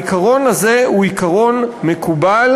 העיקרון הזה הוא עיקרון מקובל,